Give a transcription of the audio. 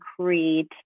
create